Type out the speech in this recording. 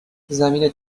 زمین